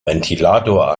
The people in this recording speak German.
ventilator